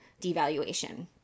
devaluation